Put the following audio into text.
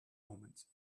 omens